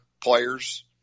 players